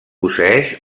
posseeix